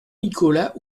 nicolas